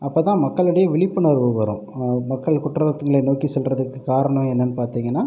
அப்பதான் ன் மக்களிடே விழிப்புணர்வு வரும் மக்கள் குற்றத்துங்களை நோக்கி செல்லுறத்துக்கு காரணம் என்னன்னு பார்த்திங்கன்னா